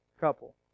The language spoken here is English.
couple